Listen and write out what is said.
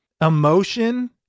emotion